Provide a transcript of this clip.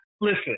Listen